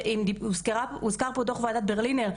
הוזכר פה דוח וועדת ברלינר,